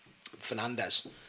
Fernandez